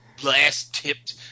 blast-tipped